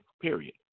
period